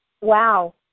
wow